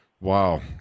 Wow